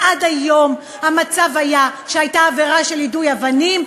עד היום המצב היה שהייתה עבירה של יידוי אבנים,